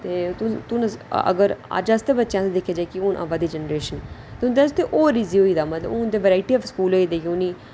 ते अज्ज दे बच्चें आस्तै दिक्खेआ जा जि'यां जेह्ड़ी आवै दी जैनरेशन ते उं'दे आस्तै होर इज़ी होई दा हून ते वराइटी ऑफ स्कूल होई दे न